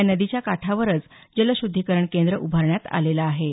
या नदीच्या काठावरच जलशुद्धीकरण केंद्र उभारण्यात आलेलं आहे